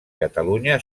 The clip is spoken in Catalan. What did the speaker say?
catalunya